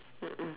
mm mm